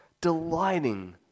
delighting